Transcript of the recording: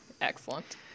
excellent